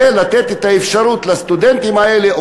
ולתת את האפשרות לסטודנטים האלה,